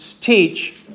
teach